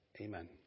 Amen